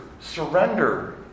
surrender